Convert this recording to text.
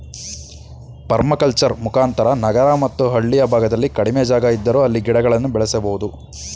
permaculture ಮುಖಾಂತರ ನಗರ ಮತ್ತು ಹಳ್ಳಿಯ ಭಾಗದಲ್ಲಿ ಕಡಿಮೆ ಜಾಗ ಇದ್ದರೂ ಅಲ್ಲಿ ಗಿಡಗಳನ್ನು ಬೆಳೆಸಬೋದು